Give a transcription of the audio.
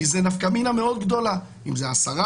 כי זה נפקא מינה מאוד גדולה אם זה 10,